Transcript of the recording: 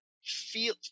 feel